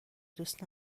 دوست